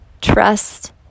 trust